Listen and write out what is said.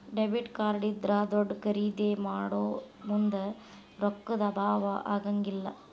debit card ಇದ್ರಾ ದೊಡ್ದ ಖರಿದೇ ಮಾಡೊಮುಂದ್ ರೊಕ್ಕಾ ದ್ ಅಭಾವಾ ಆಗಂಗಿಲ್ಲ್